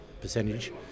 percentage